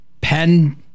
Pen